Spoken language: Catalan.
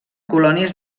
colònies